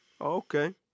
okay